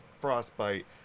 frostbite